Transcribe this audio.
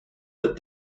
that